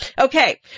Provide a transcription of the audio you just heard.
Okay